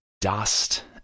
dust